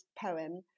poem